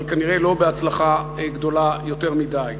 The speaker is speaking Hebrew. אבל כנראה לא בהצלחה גדולה יותר מדי.